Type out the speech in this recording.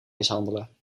mishandelen